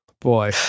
Boy